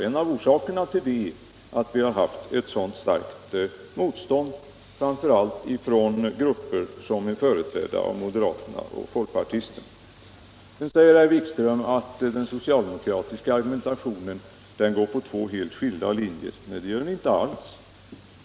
En av orsakerna härtill är att det förekommit ett så starkt motstånd framför allt från grupper som är företrädda av moderater och folkpartister. Sedan säger herr Wikström att den socialdemokratiska argumentationen går på två helt skilda linjer. Det gör den inte alls.